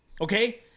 Okay